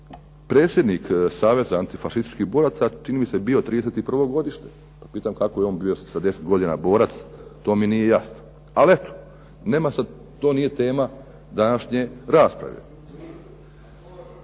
predsjednik Saveza antifašističkih boraca čini mi se bio '31. godište pa pitam kako je on bio sa 10 godina borac, to mi nije jasno, ali eto. To nije tema današnje rasprave.